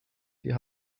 wir